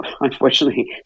unfortunately